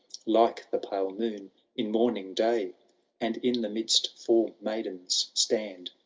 like the pale moon in morning day and in the midst four maidens stand.